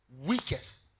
weakest